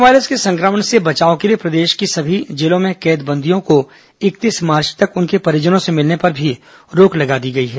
corona virus के संक्रमण से बचाव के लिए प्रदेश की सभी जेलों में कैद बंदियों को इकतीस मार्च तक उनके परिजनों से मिलने पर भी रोक लगा दी गई है